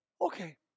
Okay